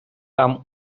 там